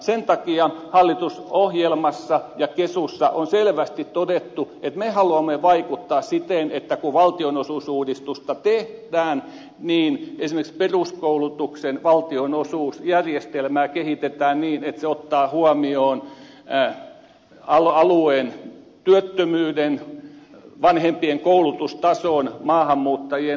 sen takia hallitusohjelmassa ja kesussa on selvästi todettu että me haluamme vaikuttaa siten että kun valtionosuusuudistusta tehdään niin esimerkiksi peruskoulutuksen valtionosuusjärjestelmää kehitetään niin että se ottaa huomioon alueen työttömyyden vanhempien koulutustason maahanmuuttajien aseman